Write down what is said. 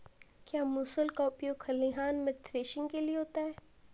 क्या मूसल का उपयोग खलिहान में थ्रेसिंग के लिए होता है?